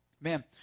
Man